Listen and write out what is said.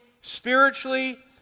spiritually